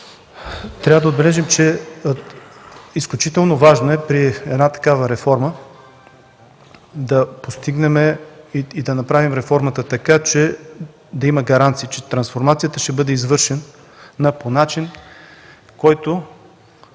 Трябва да отбележим, че изключително важно е при такава реформа да постигнем и да я направим така, че да има гаранции, че трансформацията ще бъде извършена по начин, който